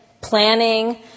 planning